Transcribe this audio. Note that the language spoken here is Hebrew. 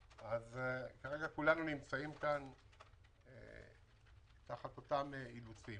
כרגע כולנו נמצאים כאן תחת אותם אילוצים,